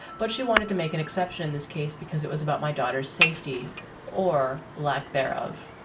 but she wanted to make an exception in this case because it was about my daughter's safety or lack thereof.